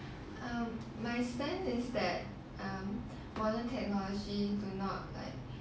um my stand is that modern technology do not like